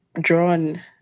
drawn